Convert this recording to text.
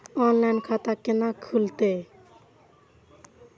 Online खाता केना खुलते?